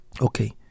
Okay